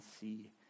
see